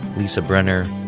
lisa brenner,